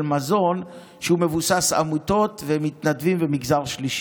מזון שמבוסס על עמותות ומתנדבים ומגזר שלישי?